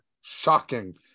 shocking